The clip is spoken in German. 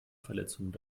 verletzungen